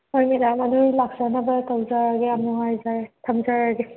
ꯍꯣꯏ ꯃꯦꯗꯥꯝ ꯑꯗꯨꯗꯤ ꯂꯥꯛꯆꯅꯕ ꯇꯧꯖꯔꯒꯦ ꯌꯥꯝ ꯅꯨꯡꯉꯥꯏꯖꯔꯦ ꯊꯝꯖꯔꯒꯦ